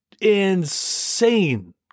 insane